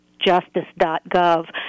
justice.gov